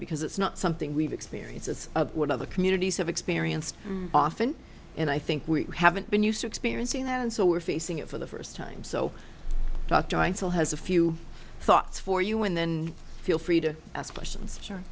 because it's not something we've experiences what other communities have experienced often and i think we haven't been used to experiencing that and so we're facing it for the first time so dr i still has a few thoughts for you and then feel free to ask questions